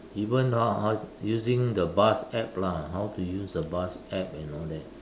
even now how using the bus app lah how to use a bus app and all that